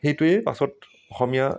সেইটোৱে পাছত অসমীয়া